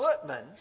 footmen